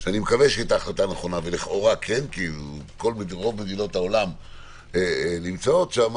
שאני מקווה שהיתה נכונה ולכאורה כן כי רוב מדינות העולם נמצאות שם